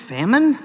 Famine